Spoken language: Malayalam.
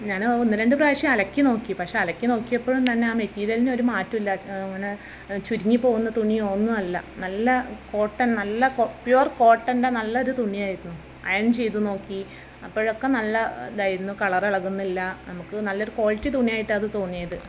ഞാന് ഒന്ന് രണ്ട് പ്രാവശ്യം അലക്കി നോക്കി പക്ഷെ അലക്കി നോക്കിയപ്പഴും തന്നെ ആ മെറ്റീരിയലിനൊര് മാറ്റം ഇല്ല വെച്ചാൽ അങ്ങനെ ചുരുങ്ങി പോവുന്ന തുണിയോ ഒന്നും അല്ല നല്ല കോട്ടൺ നല്ല കോ പ്യുവർ കോട്ടൻ്റെ നല്ലൊര് തുണിയാരുന്നു അയേൺ ചെയ്ത് നോക്കി അപ്പഴൊക്കെ നല്ലതായിരുന്നു കളർ ഇളകുന്നില്ല നമുക്ക് നല്ലൊരു ക്വാളിറ്റി തുണിയായിട്ടത് തോന്നിയത്